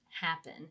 happen